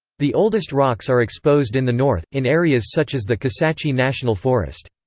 the oldest rocks are exposed in the north, in areas such as the kisatchie national forest.